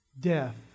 death